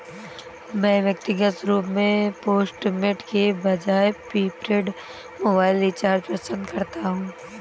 मैं व्यक्तिगत रूप से पोस्टपेड के बजाय प्रीपेड मोबाइल रिचार्ज पसंद करता हूं